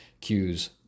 cues